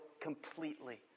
completely